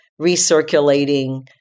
recirculating